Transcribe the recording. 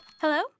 Hello